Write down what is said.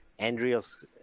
Andreas